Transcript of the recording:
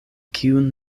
kiun